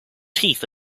teeth